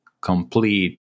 complete